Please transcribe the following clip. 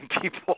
people